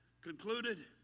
concluded